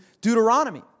Deuteronomy